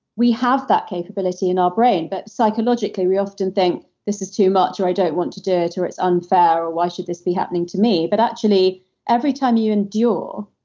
we have that capability in our brain. but psychologically, we often think this is too much or i don't want to do it or it's unfair or why should this be happening to me but actually every time you endure